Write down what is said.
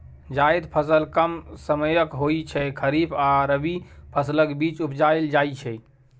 जाएद फसल कम समयक होइ छै खरीफ आ रबी फसलक बीच उपजाएल जाइ छै